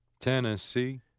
Tennessee